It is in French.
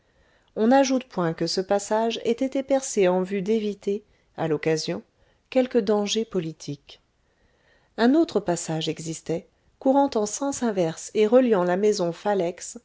on n'ajoute point que ce passage ait été percé en vue d'éviter à l'occasion quelque danger politique un autre passage existait courant en sens inverse et reliant la maison fallex